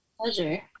Pleasure